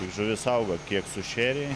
žuvis auga kiek sušėrei